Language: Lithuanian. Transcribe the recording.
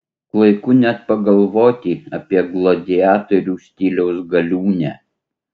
klaiku net pagalvoti apie gladiatorių stiliaus galiūnę